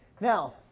Now